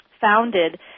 founded